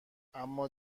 اما